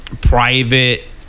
private